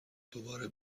دوباره